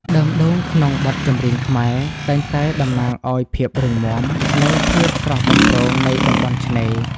ដើមដូងក្នុងបទចម្រៀងខ្មែរ តែងតែតំណាងឱ្យភាពរឹងមាំ និងភាពស្រស់បំព្រងនៃតំបន់ឆ្នេរ។